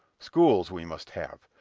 schools we must have.